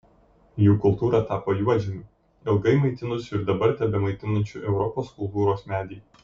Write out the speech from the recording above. jų kultūra tapo juodžemiu ilgai maitinusiu ir dabar tebemaitinančiu europos kultūros medį